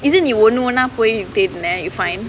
இது நீ ஒன்னு ஒன்னா போய் தேடுன:ithu nee onnu onna poi thaeduna find